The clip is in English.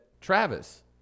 Travis